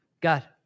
God